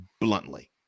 bluntly